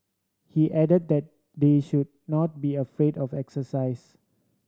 he added that they should not be afraid of exercise